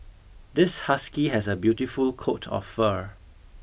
this husky has a beautiful coat of fur